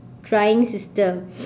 crying sister